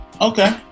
Okay